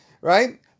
right